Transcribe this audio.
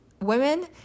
women